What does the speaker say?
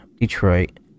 Detroit